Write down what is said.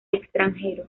extranjero